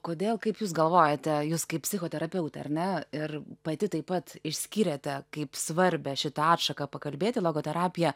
kodėl kaip jūs galvojate jūs kaip psichoterapeutė ar ne ir pati taip pat išskyrėte kaip svarbią šitą atšaką pakalbėti logoterapija